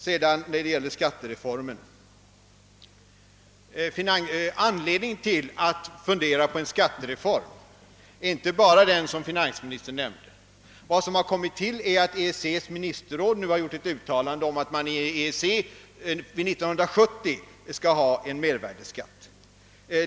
Så några ord om skattereformen. Anledningen att genomföra en skattereform är inte bara den som finansministern nämnde. Vad som förekommit är att EEC:s ministerråd nu har gjort ett uttalande om att man skall ha en mervärdeskatt i EEC år 1970.